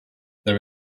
there